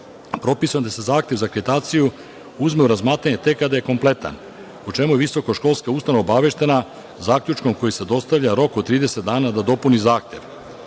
propisano je da će se zahtev za akreditaciju uzeti u razmatranje tek kada je kompletan, o čemu je visokoškolska ustanova obaveštena zaključkom koji se dostavlja rok od 30 dana da dopuni zahtev.